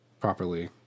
properly